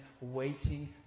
waiting